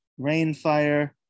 Rainfire